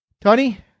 Tony